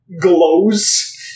glows